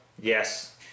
Yes